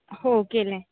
हो केलं आहे